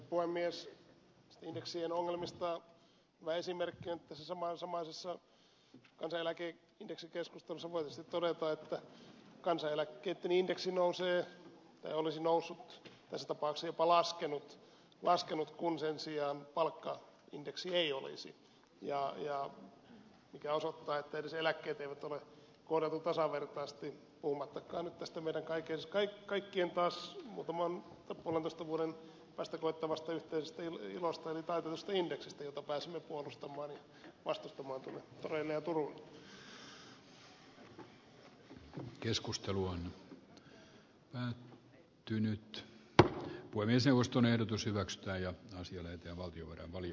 näistä indeksien ongelmista hyvä esimerkki on että tässä samaisessa kansaneläkeindeksikeskustelussa voi tietysti todeta että kansaneläkkeitten indeksi nousee tai olisi noussut tässä tapauksessa jopa laskenut kun sen sijaan palkkaindeksi ei olisi mikä osoittaa että edes eläkkeitä ei ole kohdeltu tasavertaisesti puhumattakaan nyt tästä meille kaikille taas puolentoista vuoden päästä koittavasta yhteisestä ilostamme eli taitetusta indeksistä jota pääsemme puolustamaan ja vastustamaan tuonne toreille ja turuille